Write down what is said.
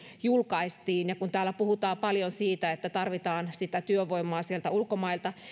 julkaistiin yrittäjäbarometri kun täällä puhutaan paljon siitä että tarvitaan sitä työvoimaa sieltä ulkomailta